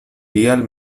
tial